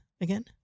again